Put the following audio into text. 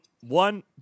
one